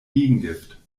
gegengift